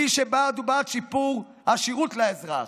מי שבעד הוא בעד שיפור השירות לאזרח.